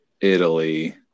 Italy